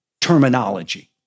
terminology